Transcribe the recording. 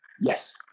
Yes